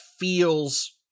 feels